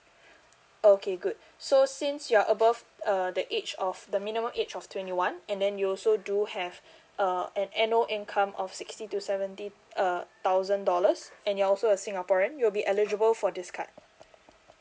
okay good so since you are above uh the age of the minimum age of twenty one and then you also do have uh an annual income of sixty to seventy uh thousand dollars and you're also a singaporean you'll be eligible for this card